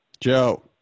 joe